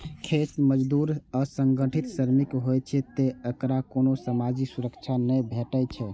खेत मजदूर असंगठित श्रमिक होइ छै, तें एकरा कोनो सामाजिक सुरक्षा नै भेटै छै